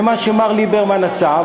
מה שמר ליברמן עשה,